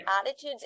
attitudes